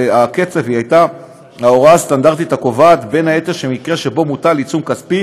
הייתה ההוראה הסטנדרטית הקובעת בין היתר שבמקרה שמוטל עיצום כספי,